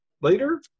later